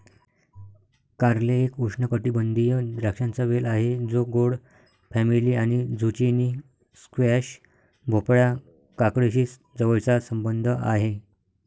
कारले एक उष्णकटिबंधीय द्राक्षांचा वेल आहे जो गोड फॅमिली आणि झुचिनी, स्क्वॅश, भोपळा, काकडीशी जवळचा संबंध आहे